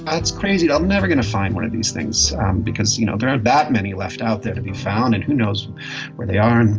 that's crazy i'm never gonna find one of these things because, you know, there aren't that many left out there to be found and who knows where they are.